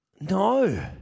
No